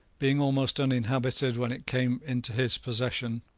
being almost uninhabited when it came into his possession,